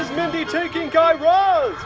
mindy taking guy raz?